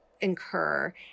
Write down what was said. incur